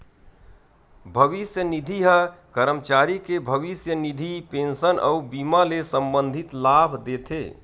भविस्य निधि ह करमचारी के भविस्य निधि, पेंसन अउ बीमा ले संबंधित लाभ देथे